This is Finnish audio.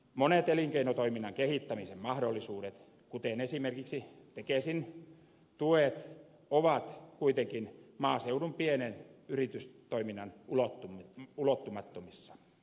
monet elinkeinotoiminnan kehittämisen mahdollisuudet kuten esimerkiksi tekesin tuet ovat kuitenkin maaseudun pienen yritystoiminnan ulottumattomissa